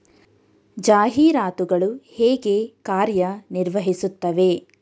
ಜಾಹೀರಾತುಗಳು ಹೇಗೆ ಕಾರ್ಯ ನಿರ್ವಹಿಸುತ್ತವೆ?